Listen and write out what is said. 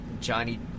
Johnny